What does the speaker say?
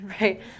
right